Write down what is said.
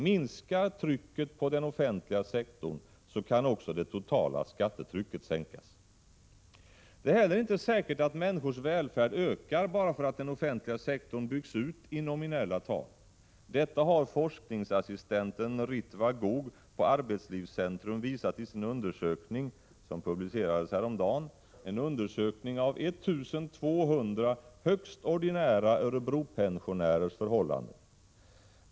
Minskar trycket på den offentliga sektorn, kan också det totala skattetrycket minskas. Det är heller inte säkert att människors välfärd ökar bara för att den offentliga sektorn byggs ut i nominella tal. Detta har forskningsassistenten Ritva Gough på Arbetslivscentrum visat i sin häromdagen publicerade undersökning av 1 200 högst ordinära Örebropensionärers förhållanden.